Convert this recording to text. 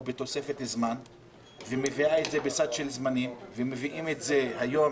בתוספת זמן ומביאה את זה בסד של זמנים ומביאים את זה היום